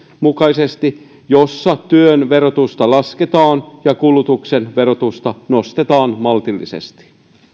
mukaisesti jossa työn verotusta lasketaan ja kulutuksen verotusta nostetaan maltillisesti